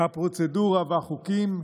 הפרוצדורה והחוקים,